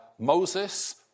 Moses